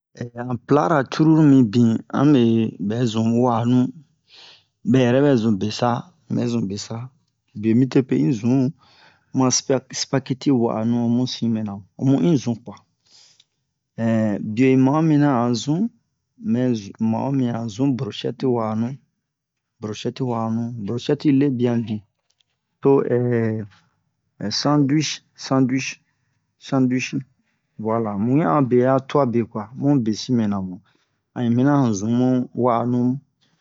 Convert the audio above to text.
han plat ra cruru mibin ame bɛzun wa'anu bɛ yɛrɛ bɛzun besa unbɛ zun besa bemi depe uzun mu'a sia spaghetti wa'anu omu sin mɛna omu in zun kwa bie un ma'o mina an zun mɛ zu ma'o mi'an zun brochette ti wa'anu brochette wa'anu brochette yi lebia bin to sandwich sandwich sandwichi voila mu wian abe a tua be kwa mu besin mɛna mu a in mina a zumu wa'anu mu